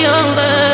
over